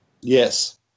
Yes